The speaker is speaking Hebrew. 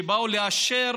כשבאו לאשר